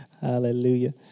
Hallelujah